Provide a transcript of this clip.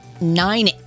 nine